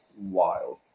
wild